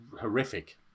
horrific